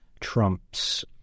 Trump's